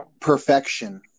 Perfection